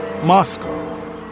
Moscow